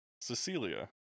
Cecilia